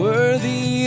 Worthy